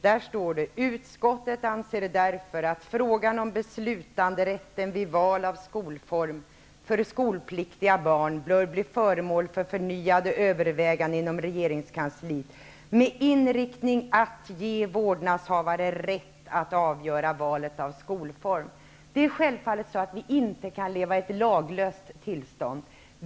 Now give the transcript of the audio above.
Där står det: ''Utskottet anser därför att frågan om beslutanderätten vid val av skolform för skolpliktiga barn bör bli föremål för förnyade överväganden inom regeringskansliet med inriktningen att ge vårdnadshavare rätt att avgära valet av skolform.'' Självfallet kan vi inte leva i ett laglöst tillstånd.